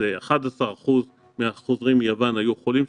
ש-0.11% מהחוזרים מיוון היו חולים,